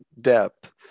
depth